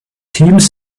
teams